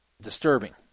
disturbing